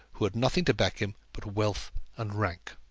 who had nothing to back him but wealth and rank!